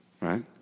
Right